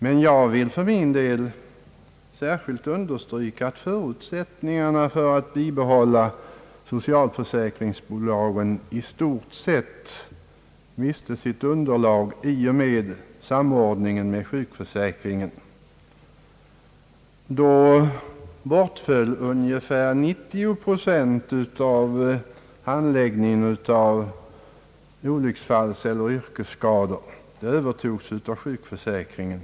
Men jag för min del vill särskilt understryka att förutsättningarna för att bibehålla socialförsäkrigsbolagen i stort sett försvunnit i och med samordningen med sjukförsäkringen. Då bortföll ungefär 90 procent av handläggningen av yrkesskadorna — det övertogs av sjukförsäkringen.